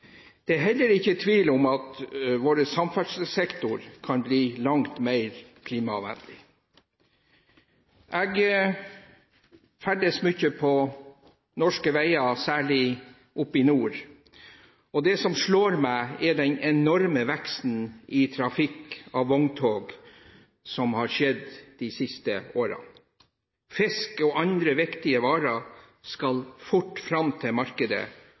Det er heller ikke tvil om at vår samferdselssektor kan bli langt mer klimavennlig. Jeg ferdes mye på norske veier, særlig oppe i nord. Det som slår meg, er den enorme trafikkveksten av vogntog som har skjedd de siste årene. Fisk og andre viktige varer skal fort fram til markedet,